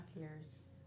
years